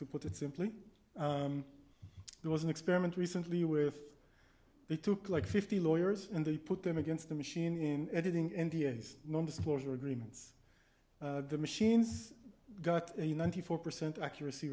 to put it simply there was an experiment recently with they took like fifty lawyers and they put them against the machine in editing n d s numbers closer agreements the machines got a ninety four percent accuracy